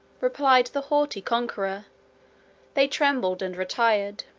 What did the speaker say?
replied the haughty conqueror they trembled, and retired.